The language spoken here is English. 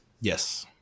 Yes